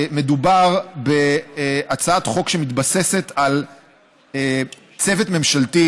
מדובר בהצעת חוק שמתבססת על צוות ממשלתי